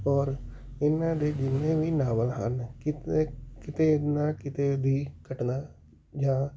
ਔਰ ਇਹਨਾਂ ਦੇ ਜਿੰਨੇ ਵੀ ਨਾਵਲ ਹਨ ਕਿਤੇ ਕਿਤੇ ਨਾ ਕਿਤੇ ਦੀ ਘਟਨਾ ਜਾਂ